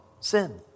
sin